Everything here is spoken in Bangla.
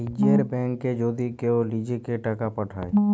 লীযের ব্যাংকে যদি কেউ লিজেঁকে টাকা পাঠায়